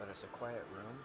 but it's a quiet room